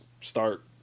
start